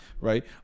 Right